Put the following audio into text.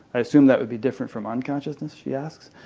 i assume that would be different from unconsciousness? she asks.